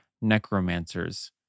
necromancers